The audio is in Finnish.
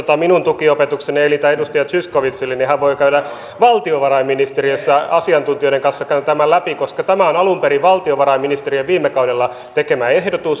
jos minun tukiopetukseni ei riitä edustaja zyskowiczille hän voi käydä valtiovarainministeriössä asiantuntijoiden kanssa tämän läpi koska tämä on alun perin valtiovarainministeriön viime kaudella tekemä ehdotus